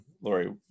Lori